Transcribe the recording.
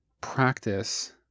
practice